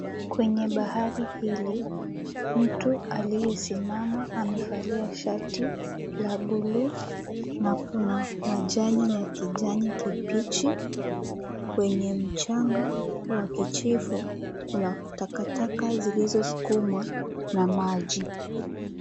Kwenye bahari hili mtu aliyesimama amebalia shati ya buluu na kuna majani ya kijani kibichi kwenye mchanga wa kijivu kuna zilizosukumwa na maji takataka zilizo sukumwa na maji.